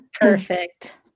Perfect